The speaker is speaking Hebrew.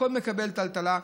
הכול מקבל טלטלה,